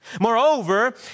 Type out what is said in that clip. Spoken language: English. Moreover